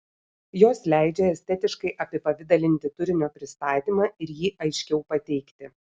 jos leidžia estetiškai apipavidalinti turinio pristatymą ir jį aiškiau pateikti